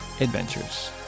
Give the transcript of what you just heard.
adventures